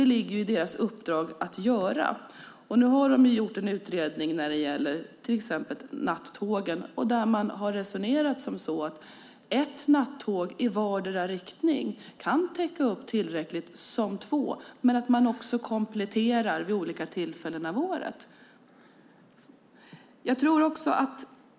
Det ligger i deras uppdrag att göra detta. Nu har man gjort en utredning om nattågen där man har sagt att ett nattåg i vardera riktningen kan ha lika god täckning som två men att man kan behöva komplettera vid olika tillfällen under året.